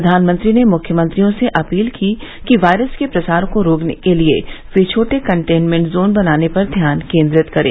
प्रधानमंत्री ने मुख्यमंत्रियों से अपील की कि वायरस के प्रसार को रोकने के लिए वे छोटे कटेनमेंट जोन बनाने पर ध्यान केन्द्रित करें